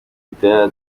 rtd